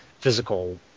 physical